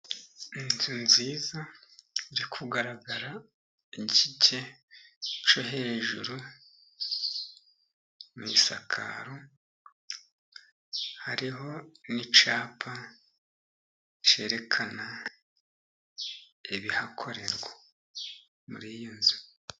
Inzu nziza iri kugaragara igice cyo hejuru mu isakaro, hariho n'icyapa cyerekana ibihakorerwa muri iyo nzu.